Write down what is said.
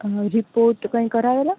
હ રિપોર્ટ કાઇ કરાયેલા